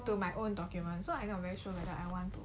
to my own documents so I'm not very sure whether I want to